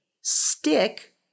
stick